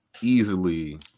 easily